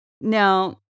now